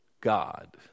God